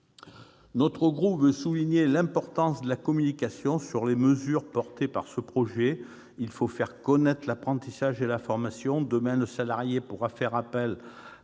Mon groupe veut souligner l'importance de la communication sur les mesures soutenues dans le cadre du présent projet de loi : il faut faire connaître l'apprentissage et la formation. Demain, le salarié pourra faire appel à